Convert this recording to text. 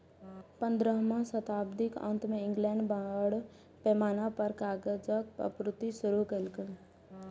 पंद्रहम शताब्दीक अंत मे इंग्लैंड बड़ पैमाना पर कागजक आपूर्ति शुरू केलकै